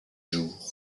jour